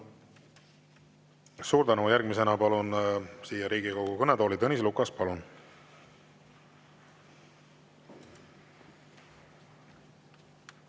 Suur tänu! Järgmisena palun siia Riigikogu kõnetooli Tõnis Lukase. Palun!